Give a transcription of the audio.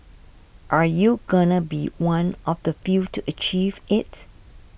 are you gonna be one of the few to achieve it